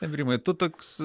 rimai tu toks